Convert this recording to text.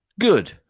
Good